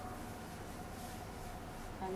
but it's real though